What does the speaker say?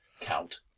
Count